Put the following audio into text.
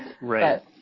Right